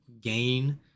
gain